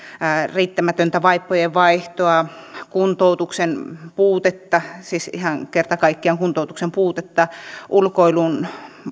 riittämätöntä vaippojenvaihtoa kuntoutuksen puutetta siis ihan kerta kaikkiaan kuntoutuksen puutetta ulkoilun